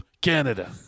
Canada